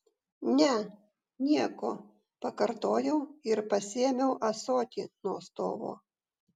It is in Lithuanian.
ne nieko pakartojau ir pasiėmiau ąsotį nuo stovo